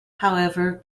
however